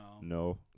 No